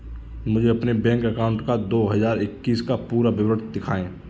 मुझे अपने bank account का दो हज़ार इक्कीस का पूरा विवरण दिखाएँ?